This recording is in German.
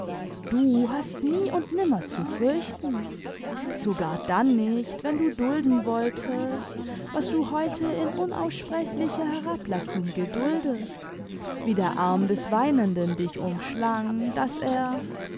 du hast nie und nimmer zu fürchten sogar dann nicht wenn du dulden wolltest was du heute in unaussprechlicher herablassung geduldet wie der arm des weinenden dich umschlang daß er